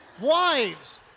wives